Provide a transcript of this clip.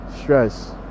Stress